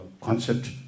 concept